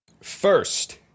First